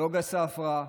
נגה ספרא,